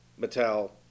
Mattel